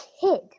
kid